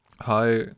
Hi